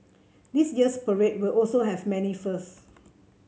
this year's parade will also have many firsts